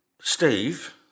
Steve